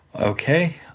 Okay